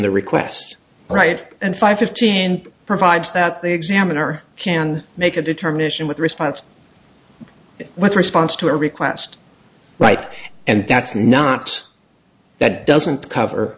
the request right and five fifteen provides that the examiner can make a determination with response what response to a request right and that's not that doesn't cover